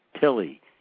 Tilly